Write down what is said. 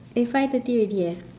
eh five thirty already eh